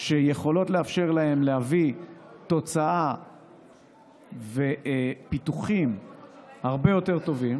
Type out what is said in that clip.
שיכולות לאפשר להם להביא תוצאה ופיתוחים הרבה יותר טובים.